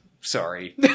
Sorry